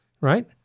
Right